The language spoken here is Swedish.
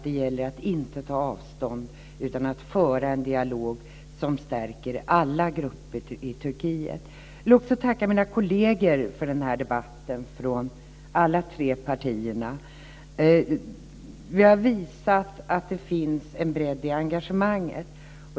Det gäller att inte ta avstånd utan att föra en dialog som stärker alla grupper i Turkiet. Jag vill också tacka mina kolleger från alla tre partier för den här debatten. Vi har visat att det finns en bredd i engagemanget.